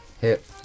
Hit